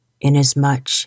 Inasmuch